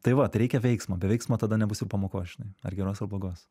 tai va tai reikia veiksmo be veiksmo tada nebus ir pamokos žinai ar geros ar blogos